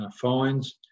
fines